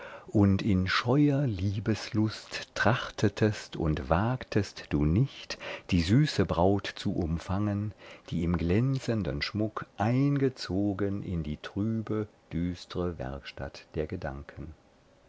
und in scheuer liebeslust trachtetest und wagtest du nicht die süße braut zu umfangen die im glänzenden schmuck eingezogen in die trübe düstre werkstatt der gedanken